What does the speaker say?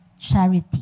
charity